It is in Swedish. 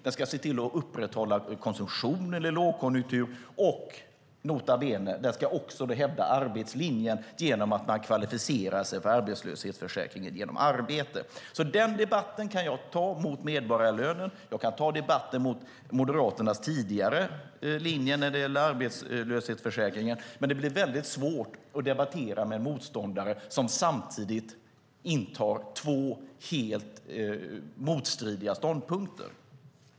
Den ska se till att upprätthålla konsumtionen vid lågkonjunktur. Den ska också, nota bene, hävda arbetslinjen genom att man kvalificerar sig för arbetslöshetsförsäkringen genom arbete. Den debatten kan jag ta mot medborgarlönen, och jag kan ta debatten mot Moderaternas tidigare linje när det gäller arbetslöshetsförsäkringen. Men det blir väldigt svårt att debattera med en motståndare som samtidigt intar två helt motstridiga ståndpunkter.